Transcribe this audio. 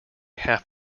half